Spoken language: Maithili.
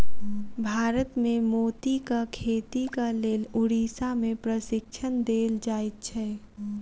भारत मे मोतीक खेतीक लेल उड़ीसा मे प्रशिक्षण देल जाइत छै